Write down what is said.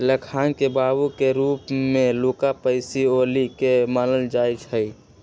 लेखांकन के बाबू के रूप में लुका पैसिओली के मानल जाइ छइ